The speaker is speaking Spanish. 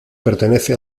pertenece